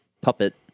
puppet